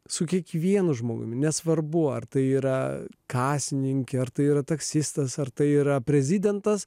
su kiekvienu žmogumi nesvarbu ar tai yra kasininkė ar tai yra taksistas ar tai yra prezidentas